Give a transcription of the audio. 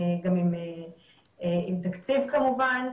גם עם תקציב כמובן,